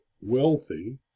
wealthy